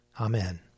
Amen